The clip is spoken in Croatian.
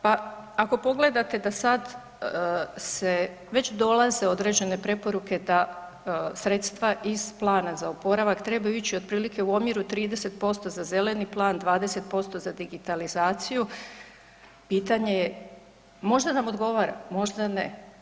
Pa ako pogledate da sad se već dolaze određene preporuke da sredstava iz plana za oporavak trebaju ići otprilike u omjeru 30% za zeleni plan, 20% za digitalizaciju, pitanje je možda nam odgovara, možda ne.